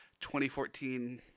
2014